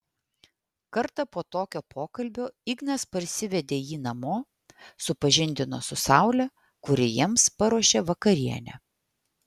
kartą po tokio pokalbio ignas parsivedė jį namo supažindino su saule kuri jiems paruošė vakarienę